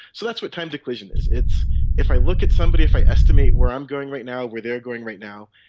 so that's what time-to-collision is, it's if i look at somebody, if i estimate where i'm going right now and where they are going right now,